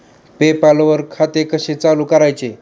पे पाल वर खाते कसे चालु करायचे